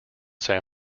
san